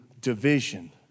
division